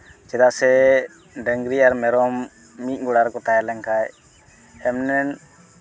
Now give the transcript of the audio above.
ᱪᱮᱫᱟᱜ ᱥᱮ ᱰᱟᱝᱨᱤ ᱟᱨ ᱢᱮᱨᱚᱢ ᱢᱤᱫ ᱜᱳᱲᱟ ᱨᱮᱠᱚ ᱛᱟᱦᱮᱸ ᱞᱮᱱᱠᱷᱟᱱ